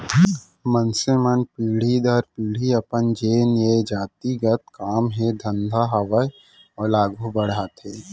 मनसे मन पीढ़ी दर पीढ़ी अपन जेन ये जाति गत काम हे धंधा हावय ओला आघू बड़हाथे